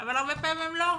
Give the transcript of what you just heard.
אבל הרבה פעמים הם לא,